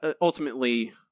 ultimately